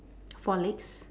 four legs